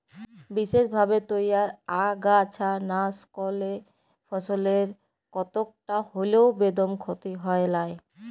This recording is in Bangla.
বিসেসভাবে তইয়ার আগাছানাসকলে ফসলের কতকটা হল্যেও বেদম ক্ষতি হয় নাই